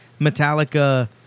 metallica